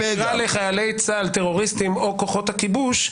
ואם אתה תקרא לחיילי צה"ל טרוריסטים או כוחות הכיבוש,